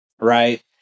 right